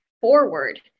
forward